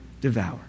devour